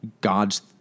gods